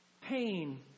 pain